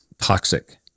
toxic